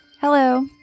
Hello